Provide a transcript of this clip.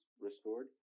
restored